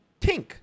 Tink